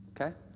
Okay